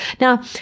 Now